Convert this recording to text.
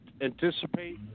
anticipate